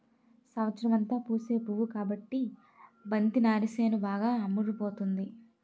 సంవత్సరమంతా పూసే పువ్వు కాబట్టి బంతి నారేసాను బాగా అమ్ముడుపోతుంది